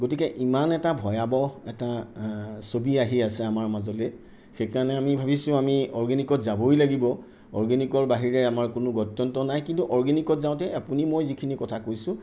গতিকে ইমান এটা ভয়াৱহ এটা ছবি আহি আছে আমাৰ মাজলৈ সেইকাৰণে আমি ভাবিছোঁ আমি অৰ্গেনিকত যাবই লাগিব অৰ্গেনিকৰ বাহিৰে আমাৰ কোনো গত্যন্তৰ নাই কিন্তু অৰ্গেনিকত যাওঁতে আপুনি মই যিখিনি কথা কৈছোঁ